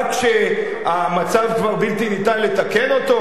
עד שהמצב כבר בלתי ניתן לתקן אותו?